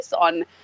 on